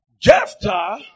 Jephthah